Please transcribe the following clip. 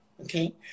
okay